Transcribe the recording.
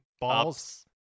balls